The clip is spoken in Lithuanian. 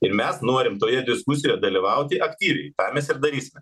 ir mes norim toje diskusijoje dalyvauti aktyviai tą mes ir darysime